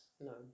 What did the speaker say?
No